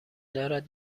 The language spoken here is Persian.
دارد